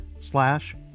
slash